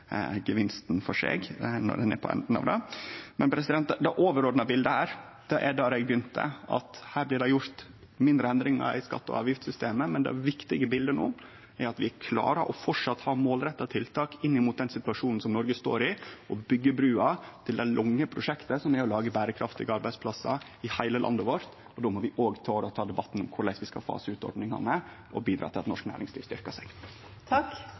for seg når ein kjem til enden av det. Det overordna bildet her er der eg begynte: Her blir det gjort mindre endringar i skatte- og avgiftssystemet, men det viktige bildet er at vi framleis klarer å ha målretta tiltak inn mot den situasjonen Noreg står i, og byggje brua til det lange prosjektet, som er å lage berekraftige arbeidsplassar i heile landet vårt. Då må vi òg tore å ta debatten om korleis vi skal fase ut ordningane og bidra til at norsk næringsliv